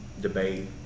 debate